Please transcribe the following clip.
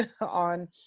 on